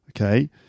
Okay